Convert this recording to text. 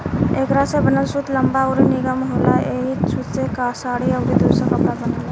एकरा से बनल सूत लंबा अउरी निमन होला ऐही सूत से साड़ी अउरी दोसर कपड़ा बनेला